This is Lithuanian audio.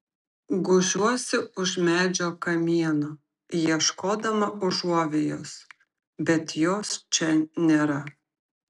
gūžiuosi už medžio kamieno ieškodama užuovėjos bet jos čia nėra